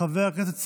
חבר הכנסת סעדי,